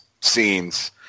scenes